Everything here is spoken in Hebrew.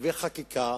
וחקיקה